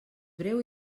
breu